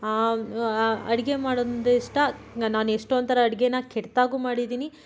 ಅಡುಗೆ ಮಾಡೊದು ಇಷ್ಟ ನಾನು ಎಷ್ಟೊಂಥರ ಅಡುಗೆನ ಕೆಟ್ಟದಾಗೂ ಮಾಡಿದೀನಿ